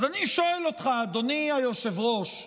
אז אני שואל אותך, אדוני היושב-ראש: